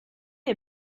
est